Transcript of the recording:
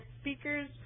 speakers